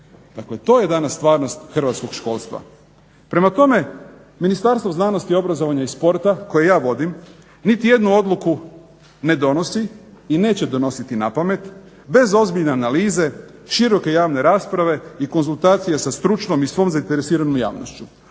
Dakle, to je danas stvarnost hrvatskog školstva. Prema tome, Ministarstvo znanosti, obrazovanja i sporta koje ja vodim niti jednu odluku ne donosi i neće donositi napamet bez ozbiljne analize, široke javne rasprave i konzultacije sa stručnom i svom zainteresiranom javnošću.